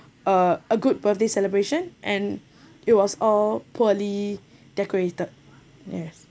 uh a good birthday celebration and it was all poorly decorated yes